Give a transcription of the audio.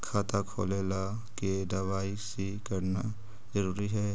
खाता खोले ला के दवाई सी करना जरूरी है?